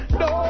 no